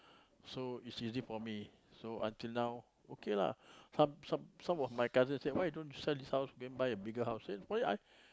so is easy for me so until now okay lah some some some of my cousin say why you don't sell this house then buy a bigger house then why I